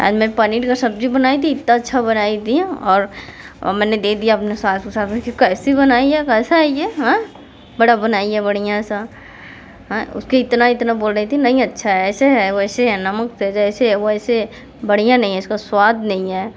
आज मैं पनीर का सब्ज़ी बनाई थी इतना अच्छा बनाई थी और मैंने दे दिया अपने सास सुसार कैसी बनाई है कैसा है ये बड़ा बनाई है बढ़िया सा उसके इतना इतना बोल रहीं थीं नहीं अच्छा है ऐसे है वैसे है नमक तेज़ ऐसे है वैसे बढ़िया नहीं है इसका स्वाद नहीं है